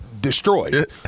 destroyed